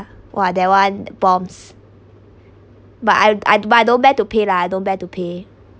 !wah! that one bombs but I'd I'd buy I don't bear to pay lah I don't bear to pay